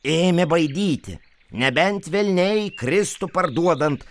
ėmė baidyti nebent velniai kristų parduodant